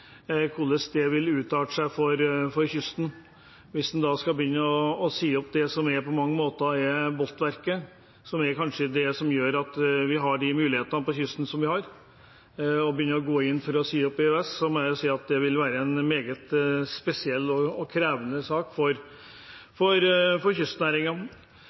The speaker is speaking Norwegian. hvordan det vil arte seg for kysten hvis en skal si opp det som på mange måter er bolverket, og som kanskje er det som gjør at vi har de mulighetene på kysten som vi har. Å gå inn for å si opp EØS-avtalen vil være en meget spesiell og krevende sak for